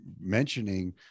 mentioning